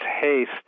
haste